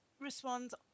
responds